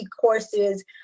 courses